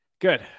Good